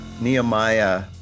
Nehemiah